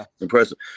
impressive